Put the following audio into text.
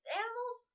animals